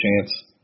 chance